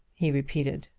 he repeated.